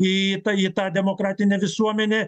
į tą į tą demokratinę visuomenę